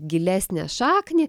gilesnę šaknį